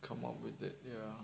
come up with it ya